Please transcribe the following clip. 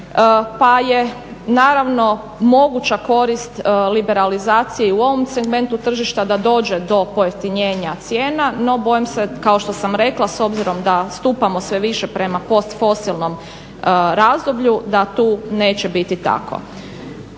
pa je naravno moguća korist liberalizacije i u ovom segmentu tržišta da dođe do pojeftinjenja cijena no bojim se kao što sam rekla s obzirom da stupamo sve više prema post fosilnom razdoblju da tu neće biti tako.